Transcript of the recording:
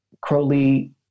Crowley